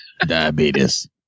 Diabetes